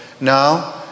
Now